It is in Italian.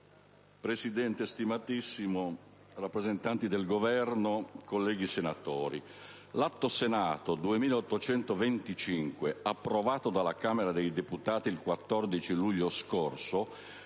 Presidente stimatissimo, rappresentanti del Governo, colleghi senatori, il disegno di legge n. 2825, già approvato dalla Camera dei deputati il 14 luglio scorso,